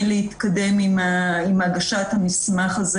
ומבחינתנו המסמך,